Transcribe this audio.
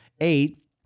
eight